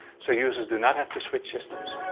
so users do not have to switch systems.